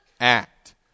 act